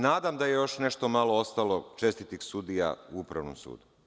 Nadam se da još nešto malo ostalo čestitih sudija u upravnom sudu.